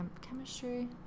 Chemistry